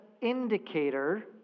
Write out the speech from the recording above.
indicator